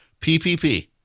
PPP